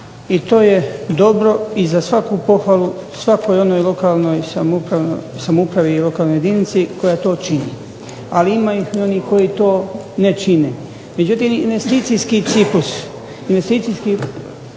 i to je dobro i za svaku pohvalu svakoj onoj lokalnoj samoupravi i lokalnoj jedinici koja to čini. Ali ima ih i onih koji to ne čine. Međutim, investicijski ciklus, investicijski